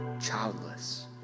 childless